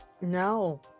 no